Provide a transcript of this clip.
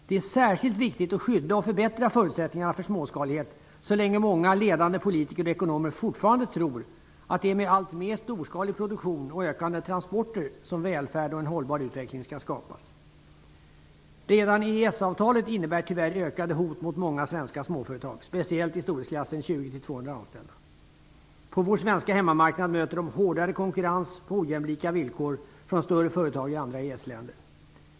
Det är särskilt viktigt att skydda och förbättra förutsättningarna för småskalighet så länge många ledande politiker och ekonomer fortfarande tror att det är med alltmer storskalig produktion och ökande transporter som välfärd och en hållbar utveckling skall skapas. Redan EES-avtalet innebär tyvärr ökade hot mot många svenska företag, speciellt i storleksklassen 20 200 anställda. På vår svenska hemmamarknad möter de hårdare konkurrens och ojämlika villkor från större företag i andra EES-länder.